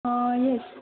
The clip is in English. yes